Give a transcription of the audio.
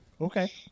Okay